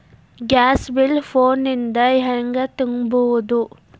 Gas bill phone ದಿಂದ ಹ್ಯಾಂಗ ತುಂಬುವುದು?